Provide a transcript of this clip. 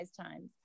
times